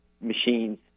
machines